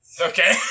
Okay